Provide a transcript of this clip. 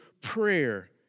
prayer